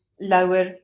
lower